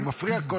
זה מפריע.